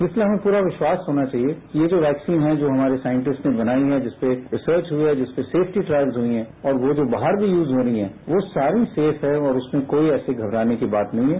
इसलिए हमें पूरा विश्वास होना चाहिए कि ये जो वैक्सीन हैं जो हमारे साइटिस्ट्स ने बनाई हैं जिसपर रिसर्च हुई हैं जिसपर सेफ्टी ट्रायल्स हुए हैं और वो जो बाहर भी यूज होनी हैं वो सारी सेफ हैं और उसमें कोई ऐसी घबराने वाली बात नहीं हैं